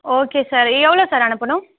okay sir எவ்வளோ sir அனுப்பனும்